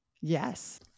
Yes